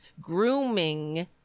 grooming